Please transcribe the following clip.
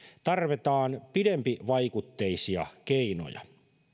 tarvitaan pidempivaikutteisia keinoja